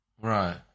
right